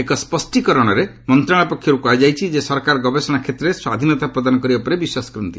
ଏକ ସ୍ୱଷ୍ଟୀକରଣରେ ମନ୍ତ୍ରଣାଳୟ ପକ୍ଷରୁ କୁହାଯାଇଛି ଯେ ସରକାର ଗବେଷଣା କ୍ଷେତ୍ରରେ ସ୍ୱାଧୀନତା ପ୍ରଦାନ କରିବା ଉପରେ ବିଶ୍ୱାସ କରନ୍ତି